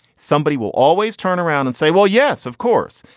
somebody will always turn around and say, well, yes, of course.